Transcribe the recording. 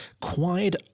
quiet